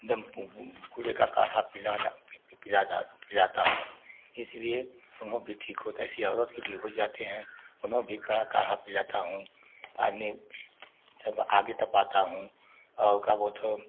एकदम पूरे का काढ़ा पिलाता हूँ इसलिए उनको भी ठीक हो ऐसे ही औरत के भी हो जाते हैं उनको भी काढ़ा पिलाता हूँ आदमी सब आग तपाता हूँ और का बोथों